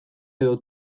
edo